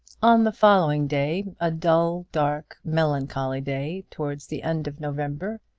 on the following day, a dull, dark, melancholy day, towards the end of november,